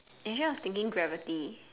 initial I was was thinking gravity